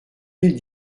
mille